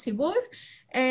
כן.